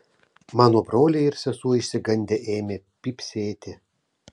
mano broliai ir sesuo išsigandę ėmė pypsėti